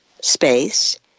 space